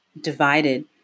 divided